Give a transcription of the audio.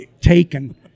taken